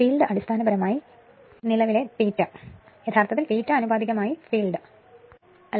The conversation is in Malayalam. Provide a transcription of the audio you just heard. അതിനാൽ ഫീൽഡ് അടിസ്ഥാനപരമായി ഫീൽഡ് നിലവിലെ ∅ യഥാർത്ഥത്തിൽ ∅ ആനുപാതികമായി ഫീൽഡ് ∅